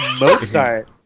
Mozart